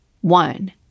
One